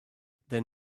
then